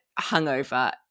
hungover